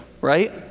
Right